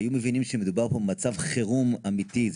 והיו מבינים שמדובר פה במצב חירום אמיתי,